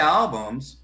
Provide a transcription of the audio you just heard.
albums